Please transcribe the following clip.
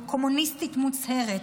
קומוניסטית מוצהרת,